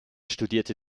studierte